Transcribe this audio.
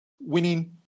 winning